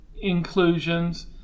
inclusions